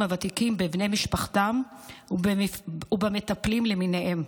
הוותיקים בבני משפחתם ובמטפלים למיניהם.